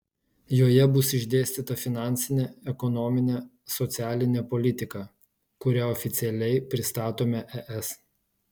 joje bus išdėstyta finansinė ekonominė socialinė politika kurią oficialiai pristatome es